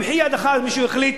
במחי יד מישהו החליט,